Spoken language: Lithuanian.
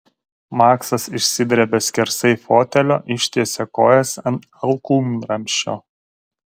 maksas išsidrebia skersai fotelio ištiesia kojas ant alkūnramsčio